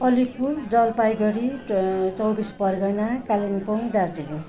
अलिपुर जलपाइगढी चौबिस परगना कालिम्पोङ दार्जिलिङ